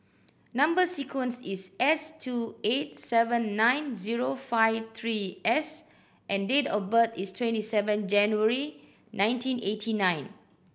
number sequence is S two eight seven nine zero five three S and date of birth is twenty seven January nineteen eighty nine